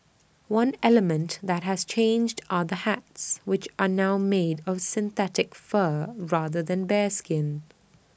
one element that has changed are the hats which are now made of synthetic fur rather than bearskin